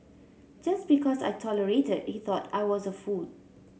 just because I tolerated he thought I was a fool